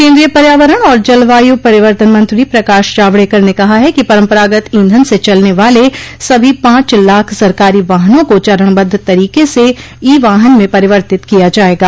केन्द्रीय पर्यावरण और जलवायु परिवर्तन मंत्री प्रकाश जावड़ेकर ने कहा है कि परंपरागत ईंधन से चलने वाले सभी पांच लाख सरकारी वाहनों को चरणबद्ध तरीके से ई वाहन में परिवर्तित किया जाएगा